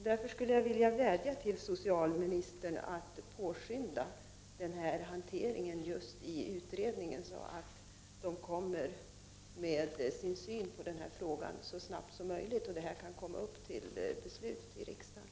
Därför skulle jag vilja vädja till socialministern att påskynda hanteringen i utredningen, så att ställningstagandet kommer så snart som möjligt och så att riksdagen kan fatta beslut.